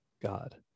God